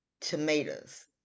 Tomatoes